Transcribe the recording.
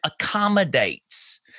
accommodates